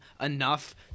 enough